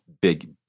big